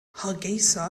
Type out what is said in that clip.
hargeysa